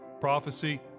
prophecy